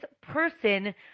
person